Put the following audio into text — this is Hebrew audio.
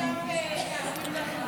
אוויר נקי